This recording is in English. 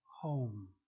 home